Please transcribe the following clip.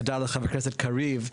תודה לחבר הכנסת קריב,